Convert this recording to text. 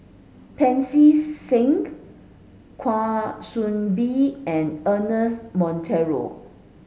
Pancy Seng Kwa Soon Bee and Ernest Monteiro